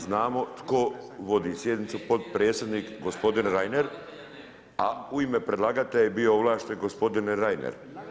Znamo tko vodi sjednicu, potpredsjednik gospodin Reiner, a u ime predlagatelja je bio ovlašten gospodin Reiner.